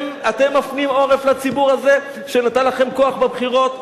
אתם מפנים עורף לציבור הזה שנתן לכם כוח בבחירות?